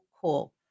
cool